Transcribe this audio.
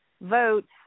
votes